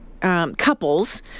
Couples